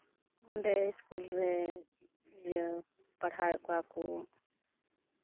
ᱚᱸᱰᱮ ᱤᱥᱠᱩᱞ ᱨᱮ ᱤᱭᱟᱹ ᱯᱟᱲᱦᱟᱣᱮᱫ ᱠᱚᱣᱟ ᱠᱚ